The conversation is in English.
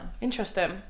interesting